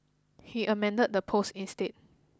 he amended the post instead